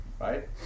right